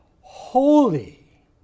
holy